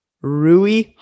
Rui